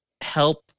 help